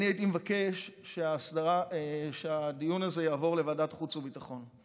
אני הייתי מבקש שהדיון הזה יעבור לוועדת חוץ וביטחון.